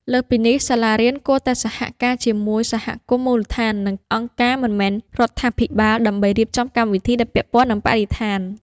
លើសពីនេះ សាលារៀនគួរតែសហការជាមួយសហគមន៍មូលដ្ឋាន និងអង្គការមិនមែនរដ្ឋាភិបាលដើម្បីរៀបចំកម្មវិធីដែលពាក់ព័ន្ធនឹងបរិស្ថាន។